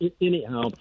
Anyhow